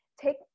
take